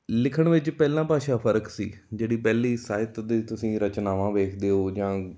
ਲਿਖਣ ਵਿੱਚ ਪਹਿਲਾਂ ਭਾਸ਼ਾ ਫ਼ਰਕ ਸੀ ਜਿਹੜੀ ਪਹਿਲੀ ਸਾਹਿਤ ਦੀ ਤੁਸੀਂ ਰਚਨਾਵਾਂ ਵੇਖਦੇ ਹੋ ਜਾਂ